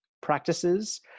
practices